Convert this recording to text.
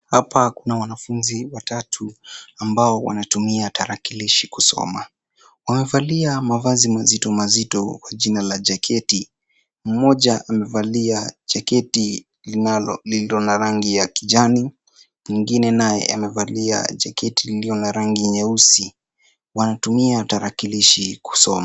Hapa Kuna wanafunzi watatu ambao wanatumia talakilishi kusoma. Wamevalia mavazi mazito mazito huku jina la jacketi..Mmoja amevalia jacketi linalo lindwa na rangi ya kijani ,mwingine naye amevalia jacketi lililo na rangi nyeusi, wanatumia talakilishi kusoma.